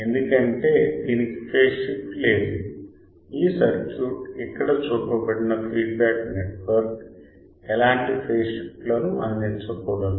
ఎందుకంటే దీనికి phase shift లేదు ఈ సర్క్యూట్ ఇక్కడ చూపబడిన ఫీడ్బ్యాక్ నెట్వర్క్ ఎలాంటి ఫేజ్ షిఫ్ట్ లను అందించకూడదు